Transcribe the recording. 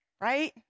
right